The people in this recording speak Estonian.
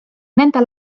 nende